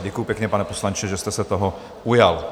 Děkuji pěkně, pane poslanče, že jste se toho ujal.